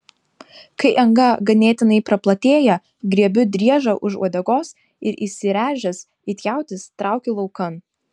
kai anga ganėtinai praplatėja griebiu driežą už uodegos ir įsiręžęs it jautis traukiu laukan